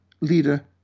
leader